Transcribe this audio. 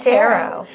Tarot